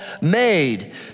made